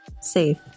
Safe